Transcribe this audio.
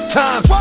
times